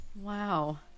Wow